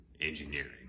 engineering